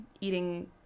eating